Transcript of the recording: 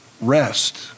rest